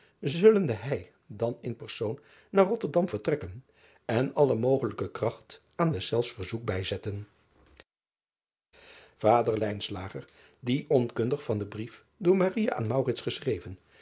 zullende hij dan in persoon naar otterdam vertrekken en alle mogelijke kracht aan deszelfs verzoek bij zetten ader die onkundig van den brief door aan geschreven